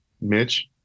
Mitch